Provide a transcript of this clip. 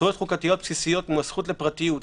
זכויות חוקתיות בסיסיות כמו הזכות לפרטיות,